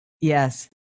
yes